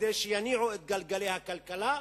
כדי שיניעו את גלגלי הכלכלה,